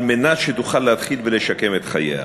על מנת שתוכל להתחיל לשקם את חייה.